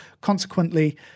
consequently